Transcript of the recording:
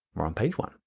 i'm on page one.